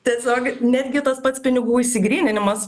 tiesiog netgi tas pats pinigų išsigryninimas